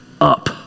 up